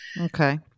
Okay